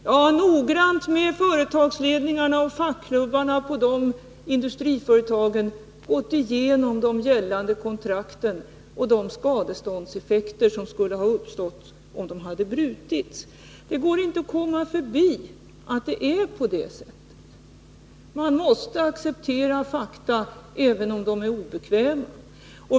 Jag har noggrant med företagsledningarna och fackklubbarna på de industriföretagen gått igenom de gällande kontrakten och de skadeståndseffekter som skulle ha uppstått om kontrakten hade brutits. Det går inte att komma förbi att det är på det sättet. Man måste acceptera fakta, även om de är obekväma.